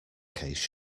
case